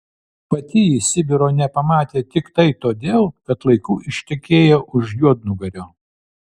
pati ji sibiro nepamatė tiktai todėl kad laiku ištekėjo už juodnugario